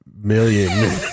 million